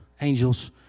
angels